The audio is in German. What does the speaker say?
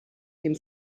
dem